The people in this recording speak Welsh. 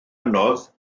anodd